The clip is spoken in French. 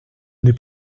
n’est